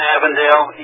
Avondale